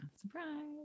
Surprise